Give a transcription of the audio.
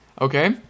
okay